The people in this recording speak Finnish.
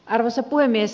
arvoisa puhemies